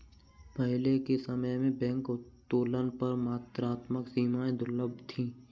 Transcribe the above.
पहले के समय में बैंक उत्तोलन पर मात्रात्मक सीमाएं दुर्लभ थीं